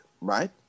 Right